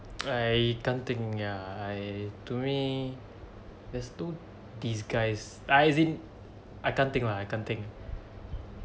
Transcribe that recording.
I can't think ya I to me that's too disguised ah as in I can't think lah I can think